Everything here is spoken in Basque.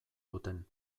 duten